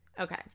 Okay